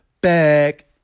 Back